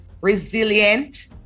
Resilient